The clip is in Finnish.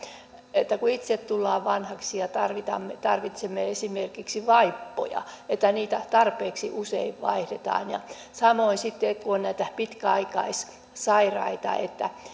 että kun itse tullaan vanhaksi ja ja tarvitsemme tarvitsemme esimerkiksi vaippoja että niitä tarpeeksi usein vaihdetaan samoin sitten kun on näitä pitkäaikaissairaita että